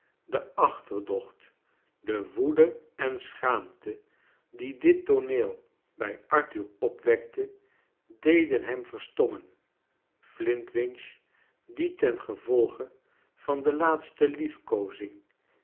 de achterdocht de woede en schaamte die dit tooneel bij arthur opwekte deden hem verstommen flintwinch die tengevolge van de laatste liefkoozing